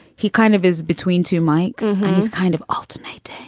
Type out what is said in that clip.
he kind of is between two mikes. he's kind of alternate.